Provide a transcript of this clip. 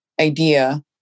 idea